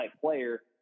player